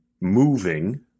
moving